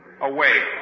away